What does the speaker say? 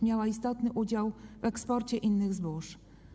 Miała istotny udział w eksporcie innych zbóż.